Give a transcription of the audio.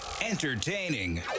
Entertaining